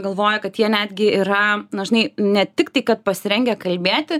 galvoju kad jie netgi yra na žinai ne tik tai kad pasirengę kalbėti